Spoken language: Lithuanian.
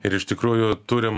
ir iš tikrųjų turim